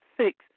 six